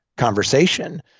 conversation